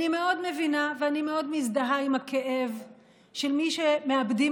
אני מאוד מבינה ואני מאוד מזדהה עם הכאב של מי שמאבדים